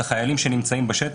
החיילים שנמצאים בשטח,